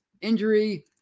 injury